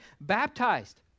baptized